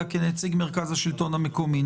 אלא כנציג השלטון המקומי,